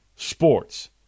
Sports